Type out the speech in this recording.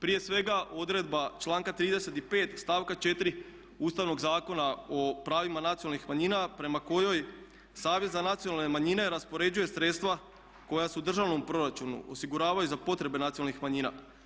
Prije svega odredba članka 35. stavka 4. Ustavnog zakona o pravima nacionalnih manjina prema kojoj Savjet za nacionalne manjine raspoređuje sredstva koja su u državnom proračunu, osiguravaju za potrebe nacionalnih manjina.